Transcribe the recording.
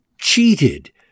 cheated